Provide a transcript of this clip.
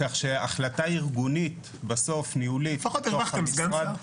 כך שהחלטה ארגונית ניהולית -- לפחות הרווחתם סגן שר.